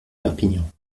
perpignan